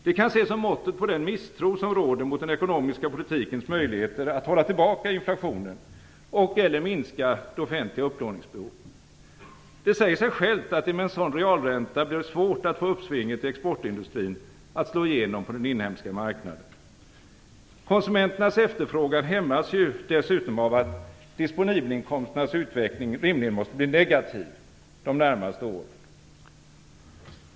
Det kan ses som måttet på den misstro som råder mot den ekonomiska politikens möjligheter att hålla tillbaka inflationen och/eller minska det offentliga upplåningsbehovet. Det säger sig självt att det med en sådan realränta blir svårt att få uppsvinget i exportindustrin att slå igenom på den inhemska marknaden. Konsumenternas efterfrågan hämmas ju dessutom av att disponibelinkomsternas utveckling rimligen måste bli negativ de närmaste åren.